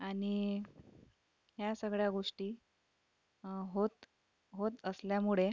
आणि या सगळ्या गोष्टी होत होत असल्यामुळे